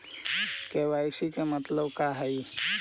KYC के मतलब का हई?